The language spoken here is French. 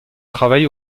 travail